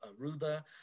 Aruba